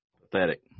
Pathetic